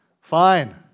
Fine